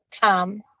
come